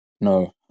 No